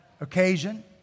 occasion